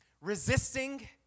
resisting